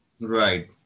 Right